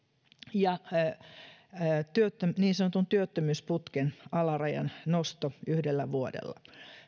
ja niin sanotun työttömyysputken alarajan nosto yhdellä vuodella